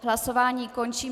Hlasování končím.